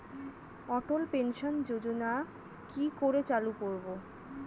অটল pension যোজনার কি করে চালু করব?